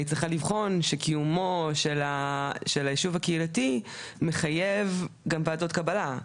היא צריכה לבחון שקיומו של היישוב הקהילתי מחייב גם ועדות קבלה.